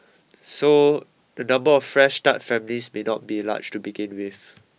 so the number of fresh start families may not be large to begin with